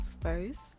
first